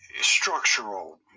structural